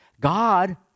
God